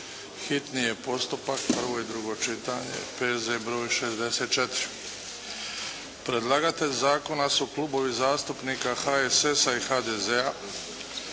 hitni postupak, prvo i drugo čitanje, P.Z. br. 64 Predlagatelji zakona su Klubovi zastupnika HSS-a i HDZ-a,